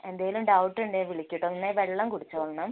എന്തേലും ഡൗട്ട് ഉണ്ടേൽ വിളിക്കുകേട്ടോ നന്നായി വെള്ളം കുടിച്ചോളണെ